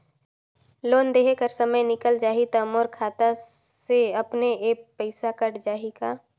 Loan देहे कर समय निकल जाही तो मोर खाता से अपने एप्प पइसा कट जाही का?